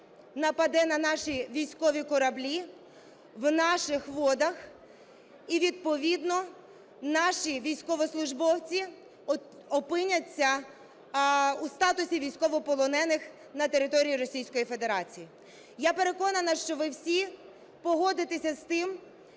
нападе на наші військові кораблів наших водах, і відповідно наші військовослужбовці опиняться у статусі військовополонених на території Російської Федерації. Я переконана, що ви всі погодитеся з тим,